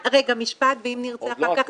אני אגיד רק משפט ואם נרצה אחר כך